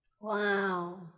Wow